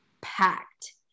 packed